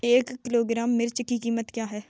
एक किलोग्राम मिर्च की कीमत क्या है?